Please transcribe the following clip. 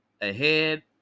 Ahead